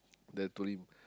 then I told him